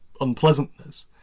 unpleasantness